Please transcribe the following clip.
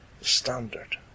standard